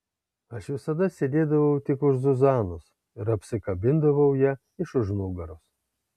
aš visada sėdėdavau tik už zuzanos ir apsikabindavau ją iš už nugaros